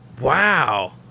Wow